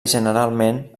generalment